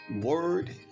word